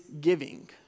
giving